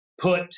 put